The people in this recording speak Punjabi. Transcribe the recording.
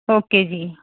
ਓਕੇ ਜੀ